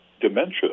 dementia